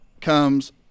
comes